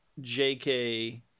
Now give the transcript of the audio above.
JK